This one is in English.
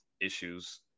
issues